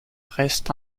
reste